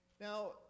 now